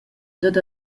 dad